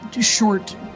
Short